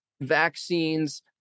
vaccines